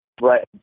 Right